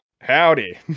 howdy